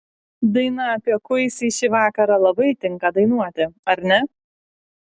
daina apie kuisį šį vakarą labai tinka dainuoti ar ne